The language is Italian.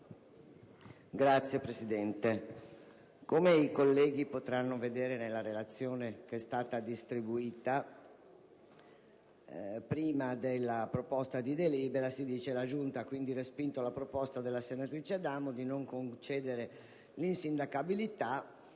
Presidente, come i colleghi potranno leggere nella relazione che è stata distribuita, prima della proposta di delibera si afferma che: «La Giunta ha quindi respinto la proposta della senatrice Adamo di non concedere l'insindacabilità